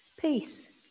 Peace